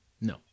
no